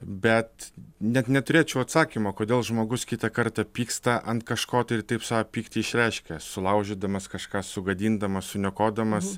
bet net neturėčiau atsakymo kodėl žmogus kitą kartą pyksta ant kažko tai ir taip savo pyktį išreiškia sulaužydamas kažką sugadindamas suniokodamas